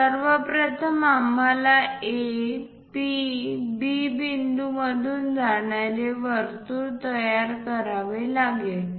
सर्व प्रथम आम्हाला A P B बिंदूमधून जाणारे वर्तुळ तयार करावे लागेल